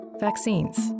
Vaccines